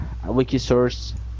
Wikisource